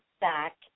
back